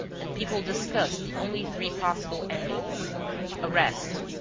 and people discussed the only three possible endings arrest,